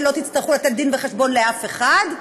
ולא תצטרכו לתת דין-וחשבון לאף אחד.